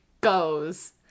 goes